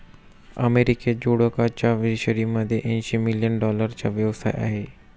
अमेरिकेत जोडकचा फिशरीमध्ये ऐंशी मिलियन डॉलरचा व्यवसाय आहे